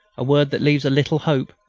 a word that leaves a little hope,